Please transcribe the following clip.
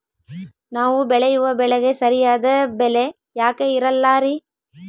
ನಾವು ಬೆಳೆಯುವ ಬೆಳೆಗೆ ಸರಿಯಾದ ಬೆಲೆ ಯಾಕೆ ಇರಲ್ಲಾರಿ?